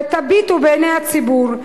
ותביטו בעיני הציבור,